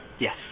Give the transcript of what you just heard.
Yes